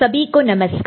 सभी को नमस्कार